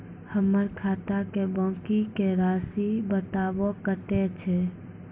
हमर खाता के बाँकी के रासि बताबो कतेय छै?